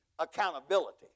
accountability